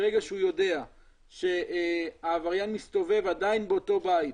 ברגע שהוא יודע שהעבריין מסתובב עדיין באותו בית,